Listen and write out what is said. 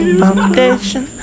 foundation